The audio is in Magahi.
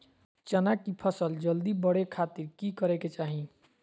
चना की फसल जल्दी बड़े खातिर की करे के चाही?